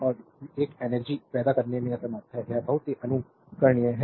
और यह एनर्जी पैदा करने में असमर्थ है यह बहुत ही अनुकरणीय है